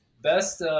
Best